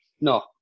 No